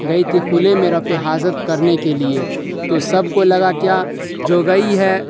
گئی تھی کھلے میں رفع حاجت کرنے کے لیے تو سب کو لگا کیا جو گئی ہے